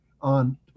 on